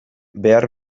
behar